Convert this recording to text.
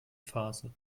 phase